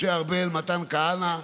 משה ארבל, מתן כהנא,